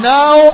Now